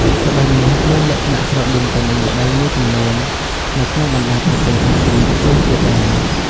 ល្បែងនេះមានលក្ខណៈស្រដៀងទៅនឹងល្បែងមួយចំនួននៅក្នុងបណ្ដាប្រទេសអាស៊ីផ្សេងទៀតដែរ។